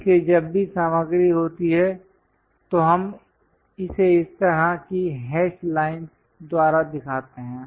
इसलिए जब भी सामग्री होती है तो हम इसे इस तरह की हैश लाइनस् द्वारा दिखाते हैं